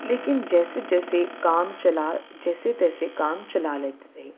لیکن جیسے جیسے کام چلا جیسے تیسے کام چلا لیتی تھی